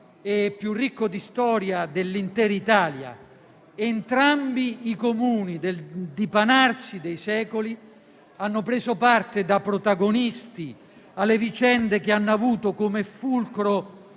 e più ricco di storia dell'intera Italia. Entrambi i Comuni, nel dipanarsi dei secoli, hanno preso parte da protagonisti alle vicende che hanno avuto come fulcro